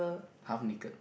half naked